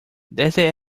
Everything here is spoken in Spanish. desde